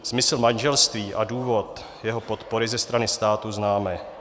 Smysl manželství a důvod jeho podpory ze strany státu známe.